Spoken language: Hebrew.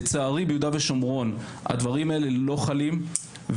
לצערי ביהודה ושומרון הדברים האלה לא חלים.